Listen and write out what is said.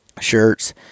shirts